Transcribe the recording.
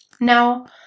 Now